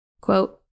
Quote